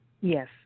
Yes